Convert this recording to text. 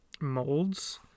molds